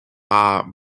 are